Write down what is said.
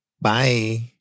bye